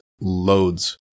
loads